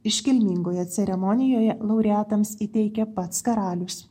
iškilmingoje ceremonijoje laureatams įteikė pats karalius